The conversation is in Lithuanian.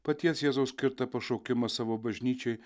paties jėzaus skirtą pašaukimą savo bažnyčiai